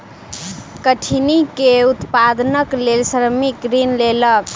कठिनी के उत्पादनक लेल श्रमिक ऋण लेलक